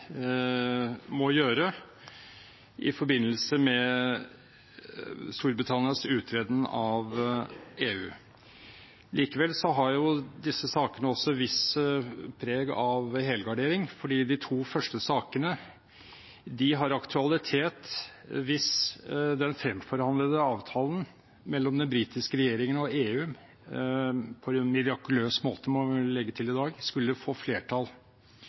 må gjøre i forbindelse med Storbritannias uttreden av EU. Likevel har sakene et visst preg av helgardering, for de to første sakene har aktualitet hvis den fremforhandlede avtalen mellom den britiske regjeringen og EU – på mirakuløs måte, må vi vel legge til i dag – skulle få flertall;